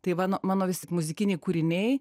tai va nu mano visi muzikiniai kūriniai